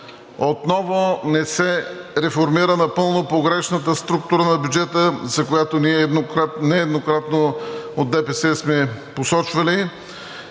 Отново не се реформира напълно погрешната структура на бюджета, за която ние нееднократно от ДПС сме посочвали